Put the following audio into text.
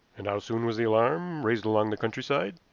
and how soon was the alarm raised along the countryside?